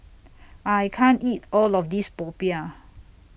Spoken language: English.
I can't eat All of This Popiah